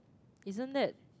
isn't that